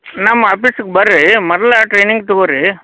ನಮ್ಮ ಆಪೀಸಿಗೆ ಬರ್ರಿ ಮೊದ್ಲು ಟ್ರೇನಿಂಗ್ ತಗೊರಿ